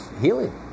healing